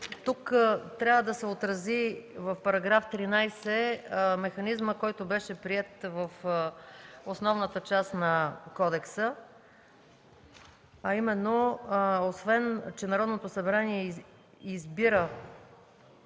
13 трябва да се отрази механизмът, който беше приет в основната част на кодекса, а именно, освен че Народното събрание избира